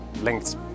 linked